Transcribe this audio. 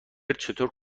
چطور